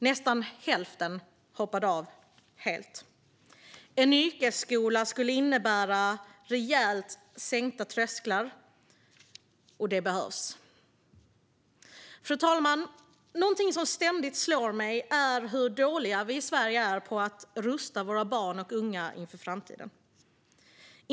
Nästan hälften hoppade av helt. En yrkesskola skulle innebära rejält sänkta trösklar, och det behövs. Fru talman! Någonting som ständigt slår mig är hur dåliga vi i Sverige är på att rusta våra barn och unga inför framtiden.